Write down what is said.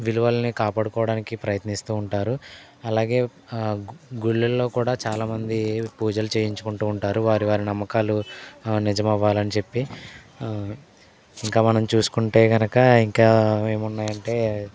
విలువల్ని కాపాడుకోవడానికి ప్రయత్నిస్తూ ఉంటారు అలాగే ఆ గుళ్ళల్లో కూడా చాలా మంది పూజలు చేయించుకుంటూ ఉంటారు వారి వారి నమ్మకాలు నిజం అవ్వాలని చెప్పి ఇంకా మనం చూసుకుంటే కనుక ఇంకా ఏమున్నాయి అంటే